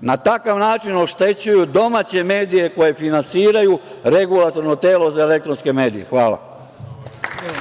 na takav način oštećuju domaće medije koje finansiraju Regulatorno telo za elektronske medije. Hvala.